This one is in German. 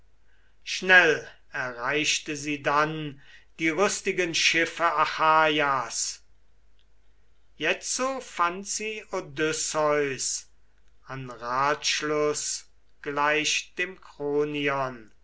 schnell erreichte sie dann die rüstigen schiffe achaias jetzo fand sie odysseus an ratschluß gleich dem kronion